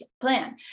plan